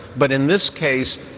but in this case,